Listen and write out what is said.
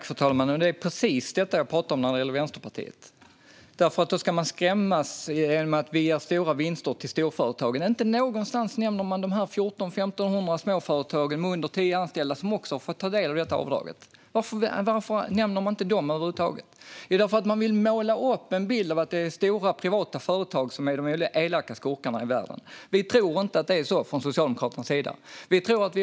Fru talman! Det är precis detta jag talar om när det gäller Vänsterpartiet. Man försöker skrämmas genom att säga att vi ger stora vinster till storföretagen. Men inte någonstans nämner man de 1 400-1 500 småföretag med under tio anställda som också har fått ta del av avdraget. Varför nämner man inte dem över huvud taget? Jo, det är för att man vill måla upp en bild av att det är stora privata företag som är de elaka skurkarna i världen. Från Socialdemokraternas sida tror vi inte att det är så.